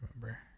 remember